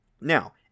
now